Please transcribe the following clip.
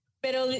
Pero